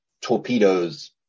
torpedoes